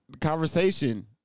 Conversation